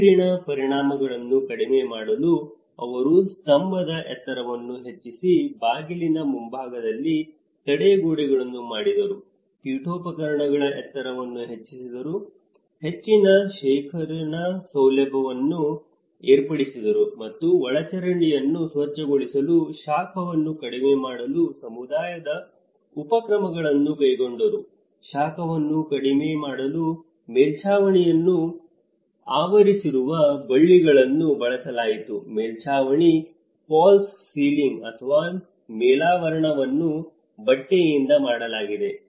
ನೀರಿನ ಪರಿಣಾಮಗಳನ್ನು ಕಡಿಮೆ ಮಾಡಲು ಅವರು ಸ್ತಂಭದ ಎತ್ತರವನ್ನು ಹೆಚ್ಚಿಸಿ ಬಾಗಿಲಿನ ಮುಂಭಾಗದಲ್ಲಿ ತಡೆಗೋಡೆಗಳನ್ನು ಮಾಡಿದರು ಪೀಠೋಪಕರಣಗಳ ಎತ್ತರವನ್ನು ಹೆಚ್ಚಿಸಿದರು ಹೆಚ್ಚಿನ ಶೇಖರಣಾ ಸೌಲಭ್ಯಗಳನ್ನು ಏರ್ಪಡಿಸಿದರು ಮತ್ತು ಒಳಚರಂಡಿಯನ್ನು ಸ್ವಚ್ಛಗೊಳಿಸಲು ಶಾಖವನ್ನು ಕಡಿಮೆ ಮಾಡಲು ಸಮುದಾಯದ ಉಪಕ್ರಮಗಳನ್ನು ಕೈಗೊಂಡರು ಶಾಖವನ್ನು ಕಡಿಮೆ ಮಾಡಲು ಮೇಲ್ಛಾವಣಿಯನ್ನು ಆವರಿಸುವ ಬಳ್ಳಿಗಳನ್ನು ಬೆಳೆಸಲಾಯಿತು ಮೇಲ್ಛಾವಣಿ ಫಾಲ್ಸ್ ಸೀಲಿಂಗ್ ಅಥವಾ ಮೇಲಾವರಣವನ್ನು ಬಟ್ಟೆಯಿಂದ ಮಾಡಿಲಾಗಿದೆ